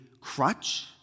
crutch